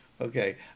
Okay